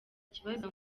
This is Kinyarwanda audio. ikibazo